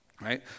Right